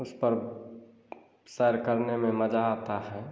उस पर सैर करने में मजा आता हैं